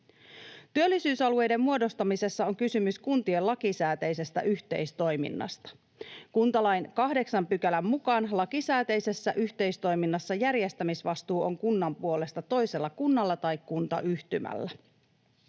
Työllisyysalueiden muodostamisessa on kysymys kuntien lakisääteisestä yhteistoiminnasta. Kuntalain 8 §:n mukaan lakisääteisessä yhteistoiminnassa järjestämisvastuu on kunnan puolesta toisella kunnalla tai kuntayhtymällä.